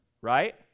right